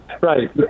right